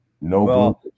No